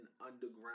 underground